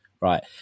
Right